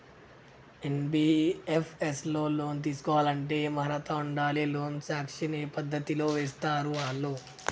NBFS లో loan తీస్కోవాలంటే ఏం అర్హత ఉండాలి? లోన్ సాంక్షన్ ఏ పద్ధతి లో చేస్తరు వాళ్లు?